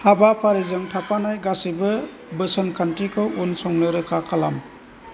हाबाफारिजों थाफानाय गासैबो बोसोन खान्थिखौ उनसंनो रोखा खालाम